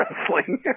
wrestling